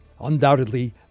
undoubtedly